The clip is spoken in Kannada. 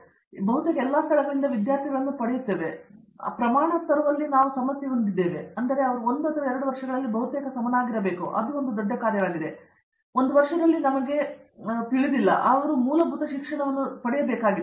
ಆದ್ದರಿಂದ ನಾವು ಬಹುತೇಕ ಎಲ್ಲಾ ಸ್ಥಳಗಳಿಂದ ವಿದ್ಯಾರ್ಥಿಗಳನ್ನು ಪಡೆಯುತ್ತೇವೆ ಮತ್ತು ಆ ಪ್ರಮಾಣವನ್ನು ತರುವಲ್ಲಿ ನಾವು ಸಮಸ್ಯೆ ಹೊಂದಿದ್ದೇವೆ ಆದ್ದರಿಂದ ಅವರು 1 ಅಥವಾ 2 ವರ್ಷಗಳಲ್ಲಿ ಬಹುತೇಕ ಸಮನಾಗಿರಬೇಕು ಮತ್ತು ಅದು ಒಂದು ದೊಡ್ಡ ಕಾರ್ಯವಾಗಿದೆ ಒಂದು ವರ್ಷದಲ್ಲಿ ನಮಗೆ ತಿಳಿದಿಲ್ಲ ಆದರೆ ನಾವು ಅವರಿಗೆ ಕೆಲವು ಮೂಲಭೂತ ಶಿಕ್ಷಣವನ್ನು ನೀಡಬೇಕಾಗಿದೆ